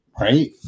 right